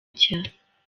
nshya